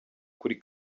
kuri